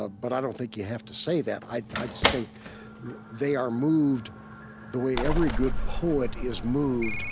ah but i don't think you have to say that. i i just think they are moved the way every good poet is moved